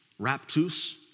raptus